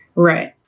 right.